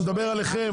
אני מדבר עליכם,